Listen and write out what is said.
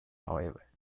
however